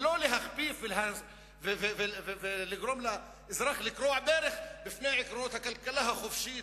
ולא להכפיף ולגרום לאזרח לכרוע ברך בפני עקרון הכלכלה החופשית,